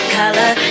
color